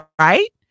Right